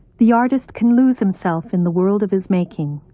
the artist can lose himself in the world of his making.